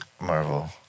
Marvel